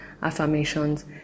affirmations